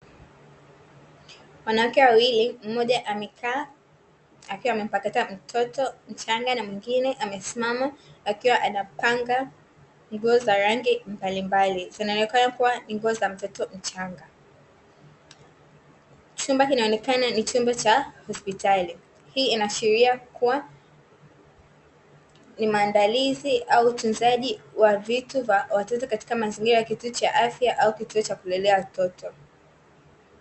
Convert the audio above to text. Wanawake wawili mmoja amekaa akiwa amempakata mtoto mchanga na mwingine amesimama akiwa anapanga nguo za rangi mbalimbali. Zinaonekana kuwa ni nguo za mtoto mchanga, chumba kinaonekana ni chumba cha hospitali. Hii inaashiria kuwa ni maandalizi au utunzaji wa vitu vya watoto katika mazingira ya kituo cha afya au kituo cha kulelea watoto.